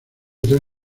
tres